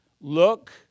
look